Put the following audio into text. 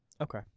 Okay